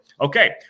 Okay